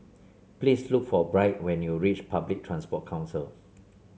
please look for Byrd when you reach Public Transport Council